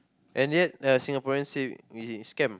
and yet there are Singaporeans say he scam